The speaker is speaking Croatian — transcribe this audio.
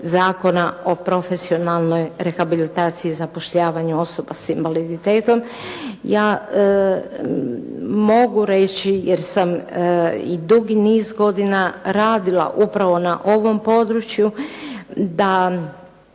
Zakona o profesionalnoj rehabilitaciji i zapošljavanju osoba sa invaliditetom. Ja mogu reći jer sam i dugi niz godina radila upravo na ovom području, da